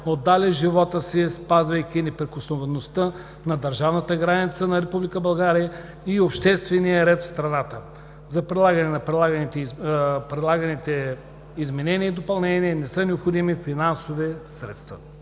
отдали живота си, опазвайки неприкосновеността на държавната граница на Република България и обществения ред в страната. За прилагането на предлаганите изменения и допълнения не са необходими финансови средства.